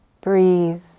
breathe